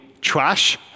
trash